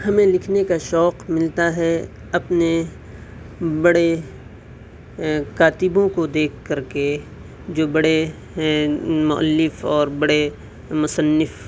ہمیں لکھنے کا شوق ملتا ہے اپنے بڑے کاتبوں کو دیکھ کر کے جو بڑے ہیں مؤلف اور بڑے مصنف